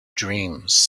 dreams